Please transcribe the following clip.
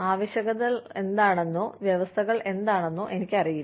ആവശ്യകതകൾ എന്താണെന്നോ വ്യവസ്ഥകൾ എന്താണെന്നോ എനിക്കറിയില്ല